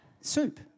Soup